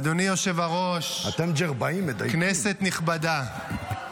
אדוני היושב-ראש, כנסת נכבדה,